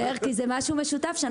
זה משהו משותף שאנחנו...